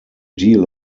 deal